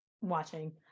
watching